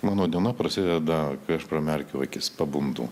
mano diena prasideda kai aš pramerkiu akis pabundu